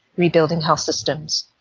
rebuilding health systems.